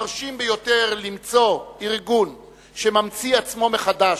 מרשים ביותר למצוא ארגון שממציא את עצמו מחדש,